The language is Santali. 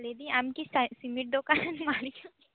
ᱞᱟᱹᱭᱫᱤᱧ ᱟᱢᱠᱤ ᱥᱤᱢᱮᱱᱴ ᱫᱚᱠᱟᱱ ᱢᱟᱹᱞᱤᱠ